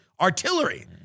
artillery